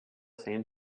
same